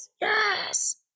Yes